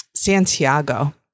Santiago